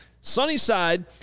Sunnyside